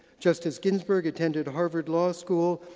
justice ginsburg attended harvard law school,